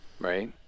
right